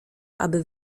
aby